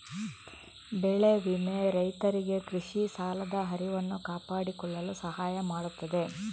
ಬೆಳೆ ವಿಮೆ ರೈತರಿಗೆ ಕೃಷಿ ಸಾಲದ ಹರಿವನ್ನು ಕಾಪಾಡಿಕೊಳ್ಳಲು ಸಹಾಯ ಮಾಡುತ್ತದೆ